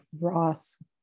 Ross